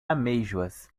amêijoas